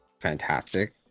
fantastic